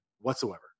whatsoever